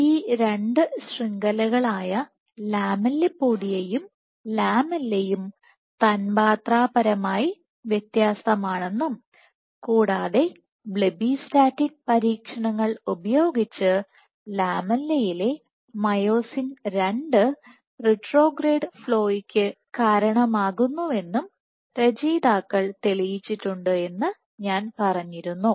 ഈ രണ്ട് ശൃംഖലകളായ ലാമെല്ലിപോഡിയയും ലാമെല്ലയും തന്മാത്രാ പരമായി വ്യത്യസ്തമാണെന്നും കൂടാതെ ബ്ലെബ്ബിസ്റ്റാറ്റിൻ പരീക്ഷണങ്ങൾ ഉപയോഗിച്ച് ലാമെല്ലയിലെ മയോസിൻ II റിട്രോഗ്രേഡ് ഫ്ലോയ്ക് കാരണമാകുന്നുവെന്നും രചയിതാക്കൾ തെളിയിച്ചിട്ടുണ്ട് എന്ന് ഞാൻ പറഞ്ഞിരുന്നു